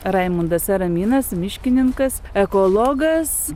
raimundas araminas miškininkas ekologas